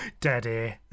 Daddy